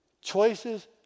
Choices